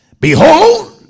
Behold